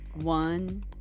One